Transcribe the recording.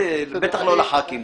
אוקיי.